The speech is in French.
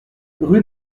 rue